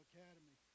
Academy